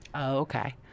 okay